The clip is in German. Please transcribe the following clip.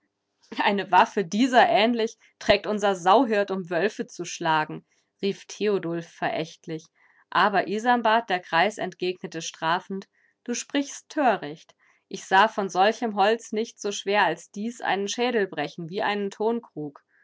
eine waffe dieser ähnlich trägt unser sauhirt um wölfe zu schlagen rief theodulf verächtlich aber isanbart der greis entgegnete strafend du sprichst töricht ich sah von solchem holz nicht so schwer als dies einen schädel brechen wie einen tonkrug